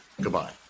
goodbye